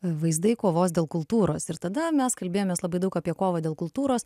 vaizdai kovos dėl kultūros ir tada mes kalbėjomės labai daug apie kovą dėl kultūros